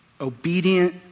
obedient